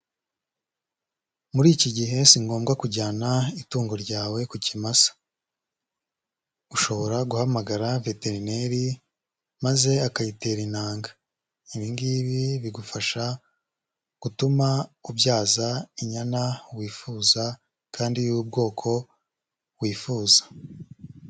Muri iki gihe si ngombwa kujyana itungo ryawe ku kimasa, ushobora guhamagara veterineri maze akayitera inanga, ibi ngibi bigufasha gutuma ubyaza inyana wifuza kandi y'ubwoko wifuza.